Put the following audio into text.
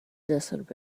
desert